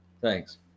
thanks